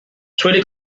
suele